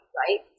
right